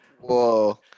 Whoa